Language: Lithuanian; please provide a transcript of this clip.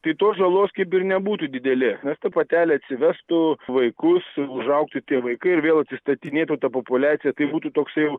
tai tos žalos kaip ir nebūtų didelės nes ta patelė atsivestų vaikus užaugtų tie vaikai ir vėl atsistatinėtų ta populiacija tai būtų toksai jau